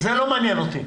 זה לא מעניין אותי.